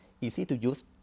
easy-to-use